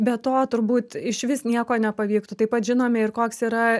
be to turbūt išvis nieko nepavyktų taip pat žinome ir koks yra